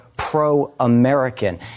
Pro-American